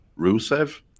Rusev